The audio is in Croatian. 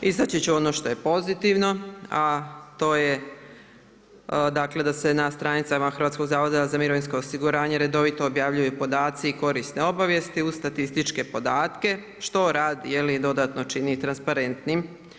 Istaći ću ono što je pozitivno, a to je dakle da se na stranicama Hrvatskog zavoda za mirovinsko osiguranje redovito objavljuju podaci i korisne obavijesti uz statističke podatke što rad dodatno čini transparentnim.